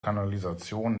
kanalisation